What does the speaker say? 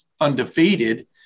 undefeated